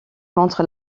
contre